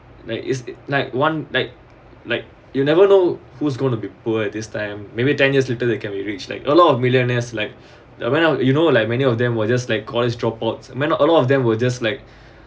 like is it like one like like you never know who's going to be poor at this time maybe ten years later they can be rich like a lot of millionaires like the when I you know like many of them were just like college dropouts ma~ a lot of them were just like